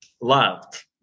loved